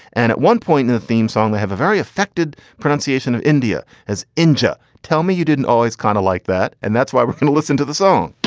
and at one point, and the theme song, they have a very affected pronunciation of india as india. tell me you didn't always kind of like that. and that's why we're going to listen to the song